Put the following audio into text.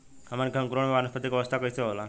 हमन के अंकुरण में वानस्पतिक अवस्था कइसे होला?